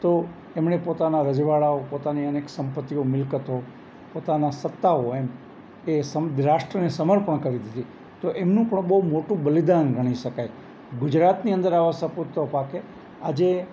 તો એમણે પોતાના રજવાડાઓ પોતાની અનેક સંપત્તિઓ મિલકતો પોતાનાં સત્તાઓ એમ એ રાષ્ટ્રને સમર્પણ કરી દીધી તો એમનું પણ બહુ મોટું બલિદાન ગણી શકાય ગુજરાતની અંદર આવા સપૂતો પાક્યા આજે